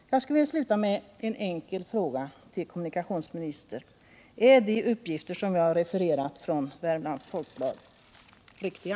Jag skulle vilja sluta med en fråga till kommunikationsministern: Är de uppgifter som jag refererat från Värmlands Folkblad riktiga?